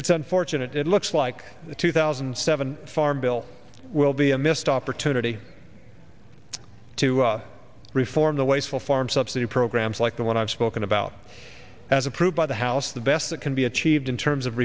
it's unfortunate it looks like two thousand and seven farm bill will be a missed opportunity to reform the wasteful farm subsidy programs like the one i've spoken about as approved by the house the best that can be achieved in terms of